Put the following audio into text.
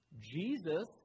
Jesus